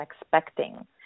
expecting